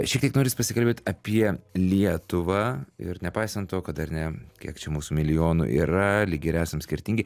šiek tiek norisi pasikalbėt apie lietuvą ir nepaisant to kad ar ne kiek čia mūsų milijonų yra lyg ir esam skirtingi